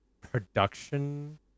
production